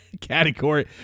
Category